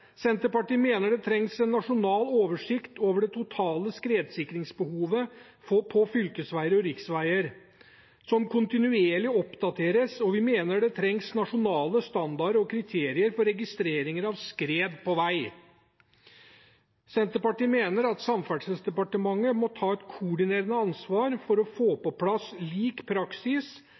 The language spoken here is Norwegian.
Senterpartiet mener det trengs en nasjonal oversikt over det totale skredsikringsbehovet på fylkesveier og riksveier, som kontinuerlig oppdateres, og vi mener det trengs nasjonale standarder og kriterier for registreringer av skred på vei. Senterpartiet mener at Samferdselsdepartementet må ta et koordinerende ansvar for å få på plass lik praksis